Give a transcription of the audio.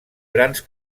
grans